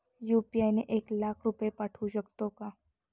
UPI ने एक लाख रुपये पाठवू शकतो का?